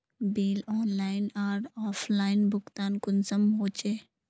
Bill online आर offline भुगतान कुंसम होचे?